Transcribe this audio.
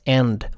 end